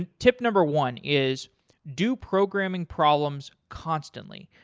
and tip number one is do programming problems constantly.